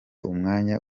umwanya